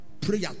prayer